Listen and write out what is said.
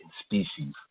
species